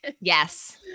Yes